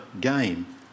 game